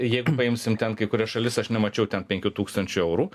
jeigu paimsim ten kai kurias šalis aš nemačiau ten penkių tūkstančių eurų